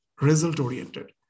result-oriented